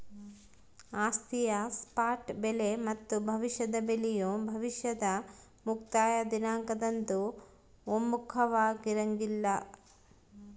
ಆಸ್ತಿಯ ಸ್ಪಾಟ್ ಬೆಲೆ ಮತ್ತು ಭವಿಷ್ಯದ ಬೆಲೆಯು ಭವಿಷ್ಯದ ಮುಕ್ತಾಯ ದಿನಾಂಕದಂದು ಒಮ್ಮುಖವಾಗಿರಂಗಿಲ್ಲ